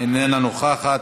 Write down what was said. איננה נוכחת,